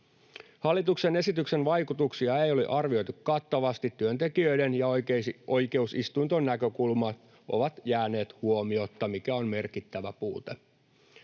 Hallituksen esityksen vaikutuksia ei ole arvioitu kattavasti. Työntekijöiden ja oikeusistuinten näkökulmat ovat jääneet huomiotta, mikä on merkittävä puute.